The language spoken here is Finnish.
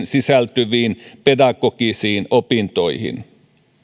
sisältyviin pedagogisiin opintoihin